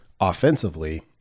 offensively